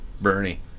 Bernie